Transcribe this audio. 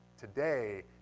today